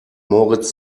moritz